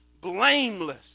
blameless